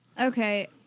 Okay